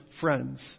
friends